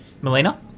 Melina